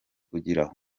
kugira